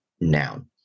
noun